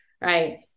right